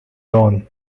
dawn